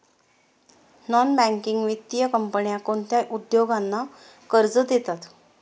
Non banking वित्तीय कंपन्या कोणत्या उद्योगांना कर्ज देतात?